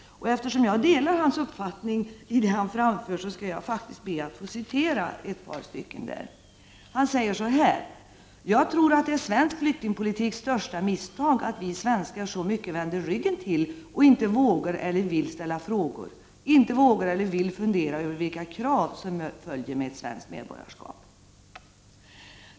Eftersom jag delar hans uppfattning i det han framför skall jag be att få citera ett par stycken: ”Jag tror att det är svensk flyktingpolitiks största misstag att vi svenskar så mycket vänder ryggen till och inte vågar eller vill ställa frågor, inte vågar eller vill fundera över vilka krav som följer med ett svenskt medborgarskap.